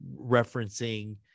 referencing